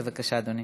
בבקשה, אדוני.